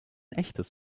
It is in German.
echtes